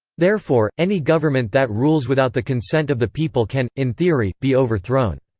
therefore, any government that rules without the consent of the people can, in theory, be overthrown.